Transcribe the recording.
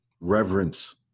reverence